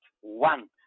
one